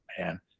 man